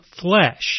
flesh